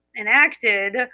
enacted